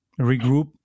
regroup